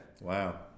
wow